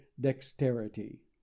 dexterity